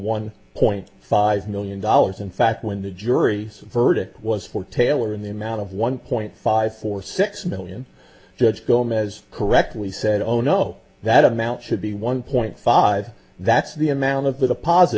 one point five million dollars in fact when the jury verdict was four taylor in the amount of one point five four six million judge gomez correctly said oh no that amount should be one point five that's the